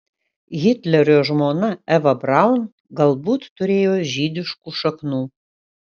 hitlerio žmona eva braun galbūt turėjo žydiškų šaknų